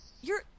you're-